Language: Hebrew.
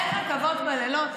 אין רכבות בלילות,